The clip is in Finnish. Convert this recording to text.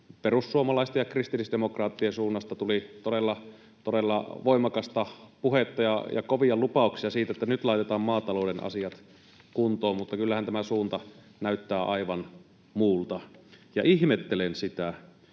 perussuomalaisten ja kristillisdemokraattien suunnasta tuli todella voimakasta puhetta ja kovia lupauksia siitä, että nyt laitetaan maatalouden asiat kuntoon, mutta kyllähän tämä suunta näyttää aivan muulta. Ja ihmettelen sitä,